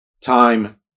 time